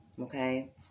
okay